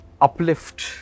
uplift